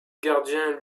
gardiens